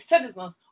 citizens